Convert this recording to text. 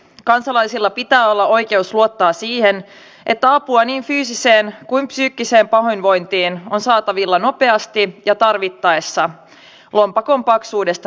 kansalaisilla pitää olla oikeus luottaa siihen että apua niin fyysiseen kuin psyykkiseen pahoinvointiin on saatavilla nopeasti ja tarvittaessa lompakon paksuudesta riippumatta